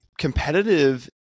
Competitive